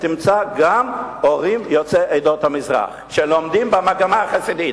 תמצא גם הורים יוצאי עדות המזרח שבנותיהם לומדות במגמה החסידית.